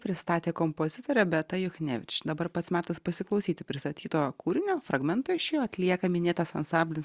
pristatė kompozitorė beata juchnevič dabar pats metas pasiklausyti pristatyto kūrinio fragmentą iš jo atlieka minėtas ansamblis